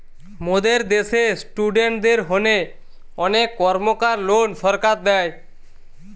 মোদের দ্যাশে ইস্টুডেন্টদের হোনে অনেক কর্মকার লোন সরকার দেয়